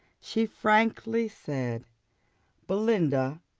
she frankly said belinda,